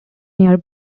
near